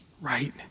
right